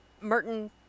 Merton